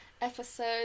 episode